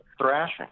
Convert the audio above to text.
thrashing